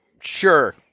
Sure